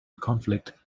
conflict